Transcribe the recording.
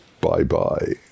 bye-bye